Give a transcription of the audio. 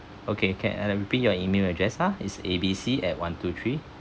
okay can and I repeat your email address ah is A B C at one two three